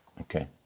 Okay